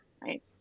right